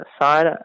side